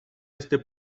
este